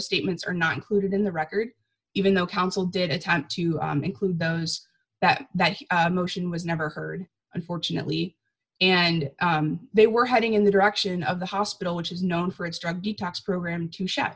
statements are not included in the record even though counsel did attempt to include those that that motion was never heard unfortunately and they were heading in the direction of the hospital which is known for its drug detox program to sho